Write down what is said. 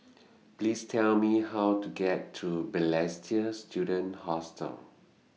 Please Tell Me How to get to Balestier Student Hostel